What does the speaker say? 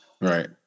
Right